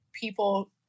people